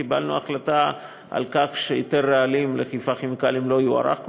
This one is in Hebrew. קיבלנו החלטה שהיתר הרעלים לחיפה כימיקלים לא יוארך,